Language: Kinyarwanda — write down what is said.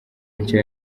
nshya